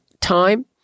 time